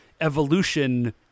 evolution